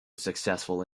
successful